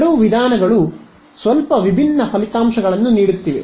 ಎರಡೂ ವಿಧಾನಗಳು ಸ್ವಲ್ಪ ವಿಭಿನ್ನ ಫಲಿತಾಂಶಗಳನ್ನು ನೀಡುತ್ತಿವೆ